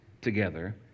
together